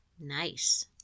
Nice